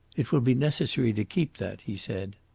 it will be necessary to keep that, he said.